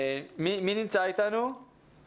אז יש כבר כימיה ויש